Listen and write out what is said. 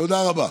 תודה רבה.